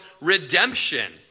redemption